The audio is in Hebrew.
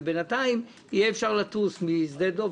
ובינתיים יהיה אפשר לטוס משדה דב,